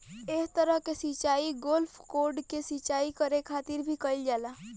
एह तरह के सिचाई गोल्फ कोर्ट के सिंचाई करे खातिर भी कईल जाला